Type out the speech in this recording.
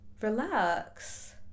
relax